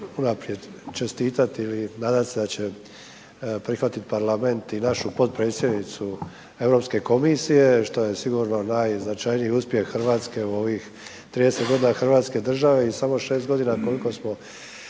unaprijed čestitati i nadam se da će prihvatiti Parlament i našu potpredsjednicu Europske komisije što je sigurno najznačajniji uspjeh Hrvatske u ovih 30 g. hrvatske države i samo 6 g. koliko smo